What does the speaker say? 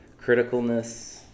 criticalness